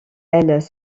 elles